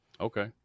Okay